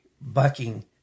bucking